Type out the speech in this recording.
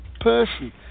person